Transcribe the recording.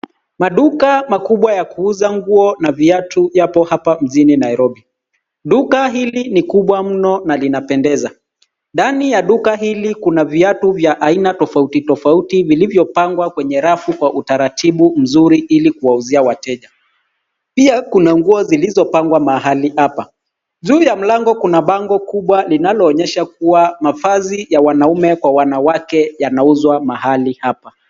Maduka makubwa ya kuuza nguo na viatu yapo hapa mjini Nairobi. Duka hili ni kubwa mno na zinapendeza. Ndani ya duka hili kuna viatu vya aina tofauti tofauti vilivyopangwa kwenye rafu kwa utaratibu mzuri ili kuwauzia wateja. Pia kuna nguo zilizopangwa mahali hapa. Juu ya mlango kuna bango kubwa linaloonyesha kuwa mavazi ya wanaume kwa wanawake yanauzwa mahali hapa.